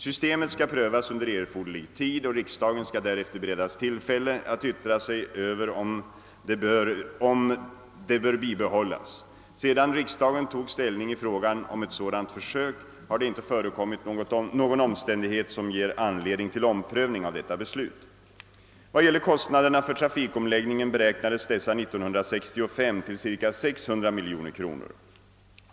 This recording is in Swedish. Systemet skall prövas under erforderlig tid och riksdagen skall därefter beredas tillfälle att yttra sig över om det bör bibehållas. Sedan riksdagen tog ställning i frågan om ett sådant försök har det inte förekommit någon omständighet som ger anledning till omprövning av detta beslut. Vad gäller kostnaderna för trafikomläggningen beräknades dessa 1965 till cirka 600 miljoner kronor.